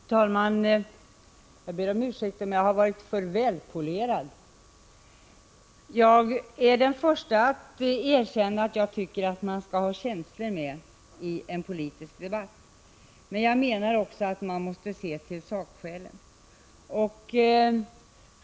Herr talman! Jag ber om ursäkt om jag varit alltför välpolerad. Jag är den första att erkänna att jag tycker att man skall ha känslor medi en politisk debatt, men jag menar att man måste se också till sakskälen.